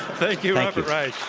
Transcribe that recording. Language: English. thank you, robert reich.